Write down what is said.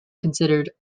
considered